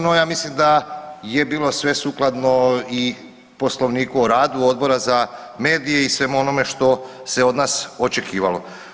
No ja mislim da je bilo sve sukladno i Poslovniku o radu Odbora za medije i svemu onome što se od nas očekivalo.